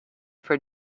for